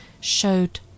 showed